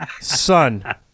Son